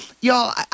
Y'all